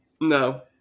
No